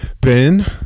Ben